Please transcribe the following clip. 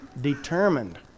determined